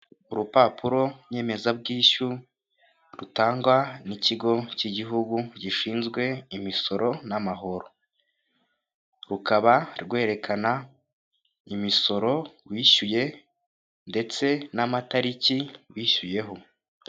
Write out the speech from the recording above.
Urupapuro nyemezabwishyu rutangwa n'ikigo k'igihugu gishinzwe imisoro n'amahoro, rukaba rwerekana imisoro wishyuye ndetse n'amatariki wishyuyeho.